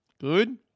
Good